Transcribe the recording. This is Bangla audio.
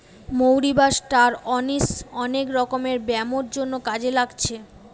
মৌরি বা ষ্টার অনিশ অনেক রকমের ব্যামোর জন্যে কাজে লাগছে